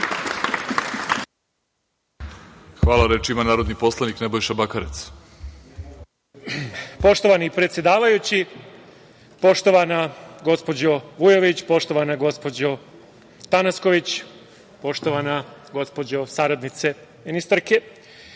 Hvala. Reč ima narodni poslanik Nebojša Bakarec. **Nebojša Bakarec** Poštovani predsedavajući, poštovana gospođo Vujović, poštovana gospođo Tanasković, poštovana gospođo saradnice ministarke,